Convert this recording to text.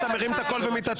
אז אתה מרים את הקול ומתעצבן?